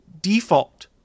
default